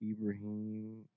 Ibrahim